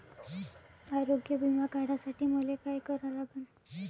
आरोग्य बिमा काढासाठी मले काय करा लागन?